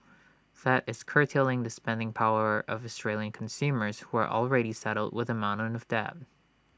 that is curtailing the spending power of Australian consumers who are already saddled with A mountain of debt